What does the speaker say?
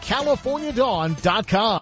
CaliforniaDawn.com